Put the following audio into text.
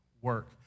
work